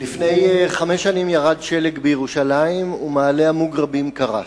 לפני חמש שנים ירד שלג בירושלים ומעלה-המוגרבים קרס.